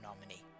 nominee